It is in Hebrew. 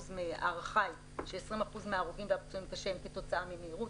וההערכה היא ש-20% מההרוגים והפצועים קשה הם כתוצאה ממהירות,